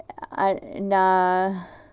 I நா:naa